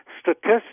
statistics